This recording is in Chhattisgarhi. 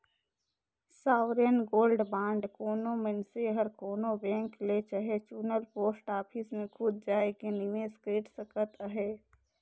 सॉवरेन गोल्ड बांड कोनो मइनसे हर कोनो बेंक ले चहे चुनल पोस्ट ऑफिस में खुद जाएके निवेस कइर सकत अहे